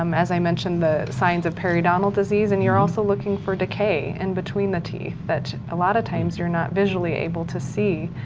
um as i mentioned, the signs of periodontal disease and you're also looking for decay in-between the teeth that a lot of times you're not visually able to see,